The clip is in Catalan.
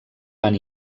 van